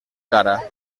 cara